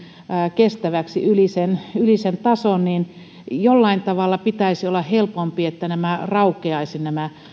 yli sen kestävän tason niin jollain tavalla pitäisi olla helpompaa se että raukeaisivat